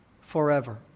forever